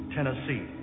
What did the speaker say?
Tennessee